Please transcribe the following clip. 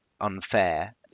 unfair